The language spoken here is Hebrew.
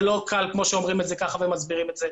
לא קל כמו שאומרים את זה כך ומסבירים את זה.